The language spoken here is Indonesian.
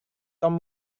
tom